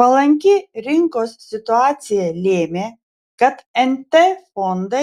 palanki rinkos situacija lėmė kad nt fondai